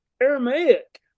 Aramaic